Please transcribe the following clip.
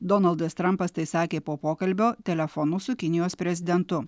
donaldas trampas tai sakė po pokalbio telefonu su kinijos prezidentu